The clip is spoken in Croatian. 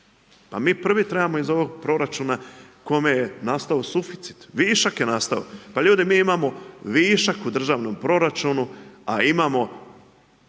A mi prvi trebamo iz ovog proračuna, kome je nastao suficit, višak je nastao, pa ljudi mi imamo višak u državnom proračunu, a imamo